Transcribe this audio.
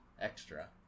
extra